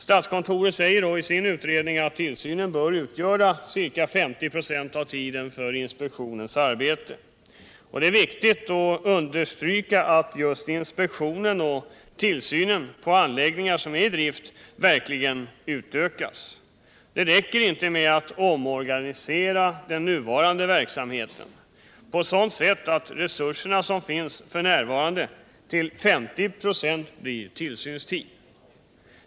Statskontoret säger i sin utredning att tillsynen bör utgöra ca 50 96 av tiden för inspektionernas arbete. Det är viktigt att understryka att just inspektionen och tillsynen på anläggningar som är i drift verkligen utökas. Det räcker inte med att omorganisera den nuvarande verksamheten på så sätt att resurserna som finns f. n. till 50 96 blir tillsynstid.